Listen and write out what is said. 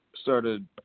started